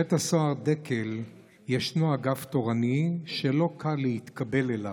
בבית הסוהר דקל ישנו אגף תורני שלא קל להתקבל אליו.